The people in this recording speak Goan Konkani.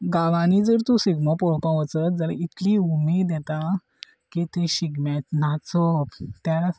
गांवानी जर तूं शिगमो पळोवपा वचत जाल्यार इतली उमेद येता की थंय शिगम्या नाचप त्या